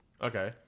Okay